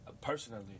personally